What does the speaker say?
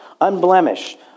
unblemished